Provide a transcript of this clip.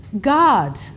God